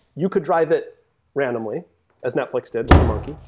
you could drive it randomly as netflix did with the monkey.